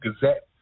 Gazette